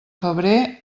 febrer